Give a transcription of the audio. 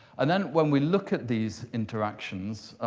and then, when we look at these interactions,